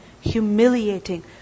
humiliating